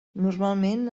normalment